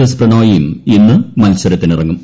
S പ്രണോയും ഇന്ന് മൽസരത്തിനിറങ്ങും